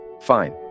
fine